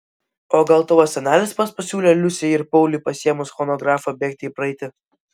o gal tavo senelis pats pasiūlė liusei ir pauliui pasiėmus chronografą bėgti į praeitį